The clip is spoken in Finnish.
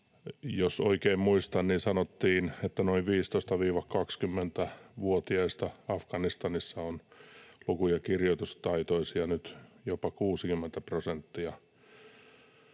Jos oikein muistan, niin sanottiin, että noin 15—20-vuotiaista Afganistanissa on luku‑ ja kirjoitustaitoisia nyt jopa 60 prosenttia.